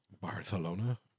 Barcelona